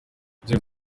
inzego